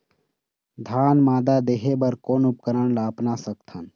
धान मादा देहे बर कोन उपकरण ला अपना सकथन?